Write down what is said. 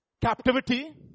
captivity